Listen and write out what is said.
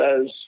says